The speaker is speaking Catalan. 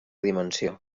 dimensió